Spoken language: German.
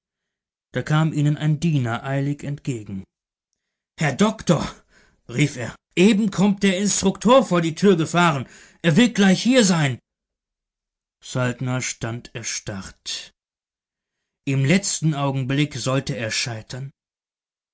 da kam ihnen ein diener eilig entgegen herr doktor rief er eben kommt der instruktor vor die tür gefahren er wird gleich hier sein saltner stand erstarrt im letzten augenblick sollte er scheitern